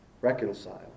Reconciled